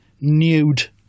nude